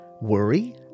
worry